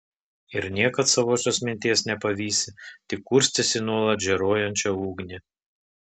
ir niekad savosios minties nepavysi tik kurstysi nuolat žėruojančią ugnį